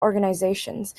organizations